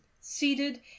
seated